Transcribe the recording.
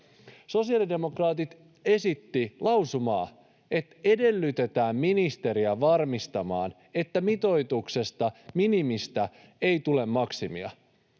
Sosiaalidemokraatit esittivät lausumaa, että edellytetään ministeriä varmistamaan, että mitoituksesta, minimistä, ei tule maksimia.